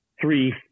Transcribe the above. three